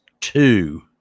two